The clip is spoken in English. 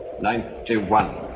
Ninety-one